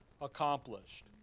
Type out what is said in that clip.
accomplished